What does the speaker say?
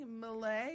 Malay